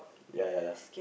ya ya ya